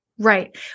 Right